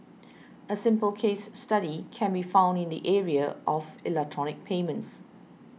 a simple case study can be found in the area of electronic payments